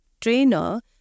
trainer